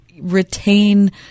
retain